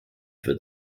wird